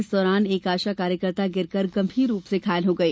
इस दौरान एक आशा कार्यकर्ता गिरकर गंभीर रूप से घायल हो गई